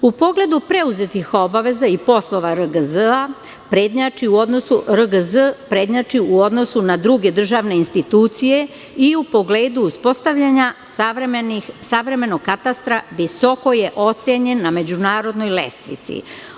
U pogledu preuzetih obaveza i poslova RGZ, on prednjači u odnosu na druge državne institucije i u pogledu uspostavljanja savremenog katastra i visoko je ocenjen na međunarodnoj lestvici.